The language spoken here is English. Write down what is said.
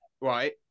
right